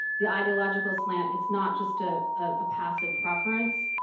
the ideological slant, it's not just a ah ah passive preference.